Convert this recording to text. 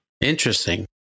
Interesting